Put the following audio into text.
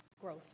growth